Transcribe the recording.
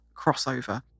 crossover